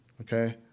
okay